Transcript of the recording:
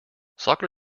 soccer